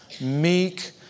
meek